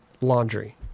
laundry